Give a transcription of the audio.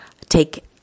take